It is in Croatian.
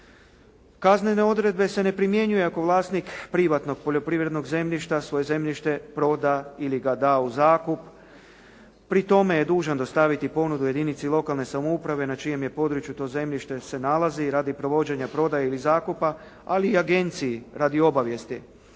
Kaznene odredbe se ne primjenjuju ako vlasnik privatnog poljoprivrednog zemljišta svoje zemljište, proda ili ga da u zakup. Pri tome je dužan dostaviti ponudu jedinici lokalne samouprave na čijem je području to zemljište se nalazi radi provođenja prodaje ili zakupa, ali i agenciji radi obavijesti.